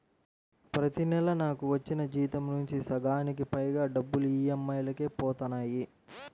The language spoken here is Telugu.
ప్రతి నెలా నాకు వచ్చిన జీతం నుంచి సగానికి పైగా డబ్బులు ఈఎంఐలకే పోతన్నాయి